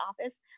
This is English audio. office